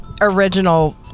original